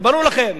זה ברור לכם.